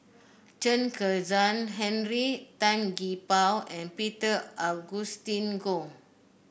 Chen Kezhan Henri Tan Gee Paw and Peter Augustine Goh